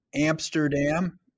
Amsterdam